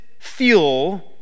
Fuel